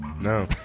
No